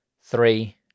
three